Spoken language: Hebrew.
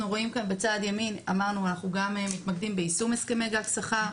אנחנו מתמקדים גם ביישום הסכמי גג שכר.